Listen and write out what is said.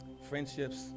Friendships